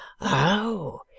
Oh